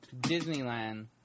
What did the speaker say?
Disneyland